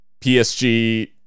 PSG